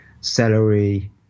celery